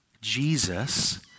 Jesus